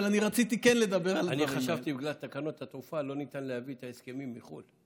אבל אני כן רציתי לדבר על הדברים האלה.